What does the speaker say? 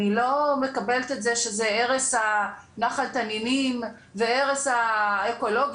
אני לא מקבלת את זה שזה הרס נחל תנינים והרס האקולוגיה.